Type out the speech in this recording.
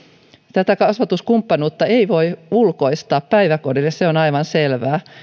tätä kasvatuskumppanuutta ei voi ulkoistaa päiväkodille se on aivan selvää